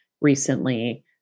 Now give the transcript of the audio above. recently